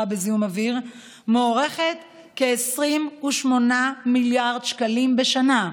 בזיהום אוויר מוערכות בכ-28 מיליארד שקל בשנה.